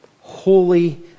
Holy